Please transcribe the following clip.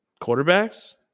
Quarterbacks